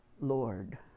Lord